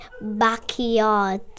backyard